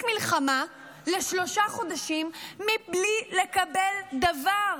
מלחמה לשלושה חודשים מבלי לקבל דבר,